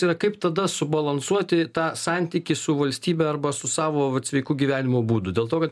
yra kaip tada subalansuoti tą santykį su valstybe arba su savo vat sveiku gyvenimo būdu dėl to kad